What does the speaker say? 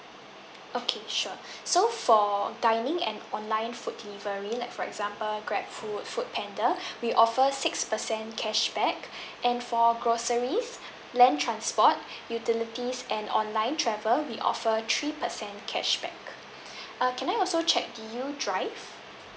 okay sure so for dining and online food delivery like for example grab food food panda we offer six percent cashback and for groceries land transport utilities and online travel we offer three percent cashback uh can I also check do you drive